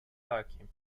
hakim